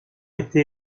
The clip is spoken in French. été